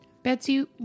Betsy